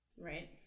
Right